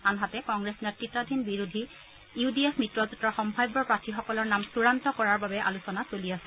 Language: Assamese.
আনহাতে কংগ্ৰেছ নেত্ৰতাধীন বিৰোধী ইউ ডি এফ মিত্ৰজেঁটৰ সম্ভাৱ্য প্ৰাৰ্থীসকলৰ নাম চুড়ান্ত কৰাৰ বাবে আলোচনা চলি আছে